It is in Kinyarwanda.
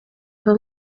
ava